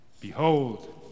Behold